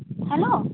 hello